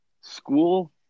school